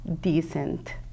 decent